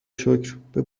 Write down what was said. شکر، به